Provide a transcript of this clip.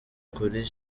kuri